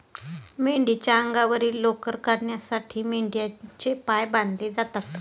मेंढीच्या अंगावरील लोकर काढण्यासाठी मेंढ्यांचे पाय बांधले जातात